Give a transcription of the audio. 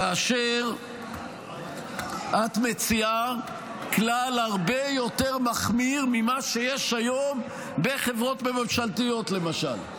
כאשר את מציעה כלל הרבה יותר מחמיר ממה שיש היום בחברות ממשלתיות למשל.